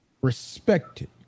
respected